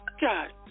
God